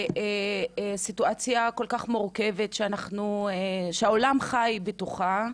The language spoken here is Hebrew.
סיטואציה כל כך מורכבת שהעולם חי בתוכה.